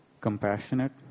compassionate